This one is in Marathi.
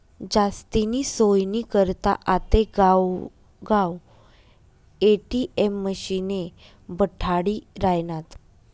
जास्तीनी सोयनी करता आते गावगाव ए.टी.एम मशिने बठाडी रायनात